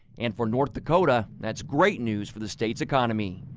and for north dakota, thats great news for the states economy.